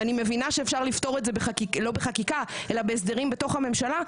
ואני מבינה שאפשר לפתור את זה לא בחקיקה אלא בהסדרים בתוך הממשלה,